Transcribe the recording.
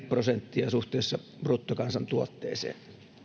prosenttia suhteessa bruttokansantuotteeseen